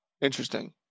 interesting